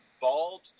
bald